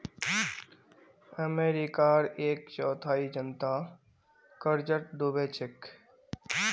अमेरिकार एक चौथाई जनता कर्जत डूबे छेक